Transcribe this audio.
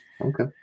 okay